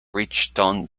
bridgeton